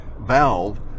valve